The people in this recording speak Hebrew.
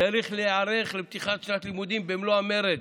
צריך להיערך לפתיחת שנת הלימודים במלוא המרץ,